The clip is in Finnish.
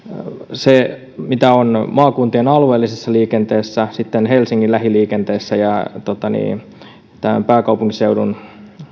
se mitä on maakuntien alueellisessa liikenteessä helsingin lähiliikenteessä ja tämän pääkaupunkiseudun